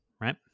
right